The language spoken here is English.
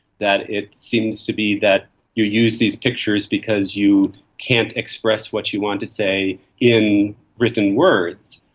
that it seems to be that you use these pictures because you can't express what you want to say in written words.